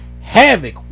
Havoc